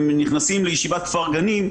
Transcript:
והם נכנסים לישיבת "כפר גנים",